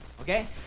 okay